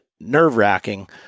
nerve-wracking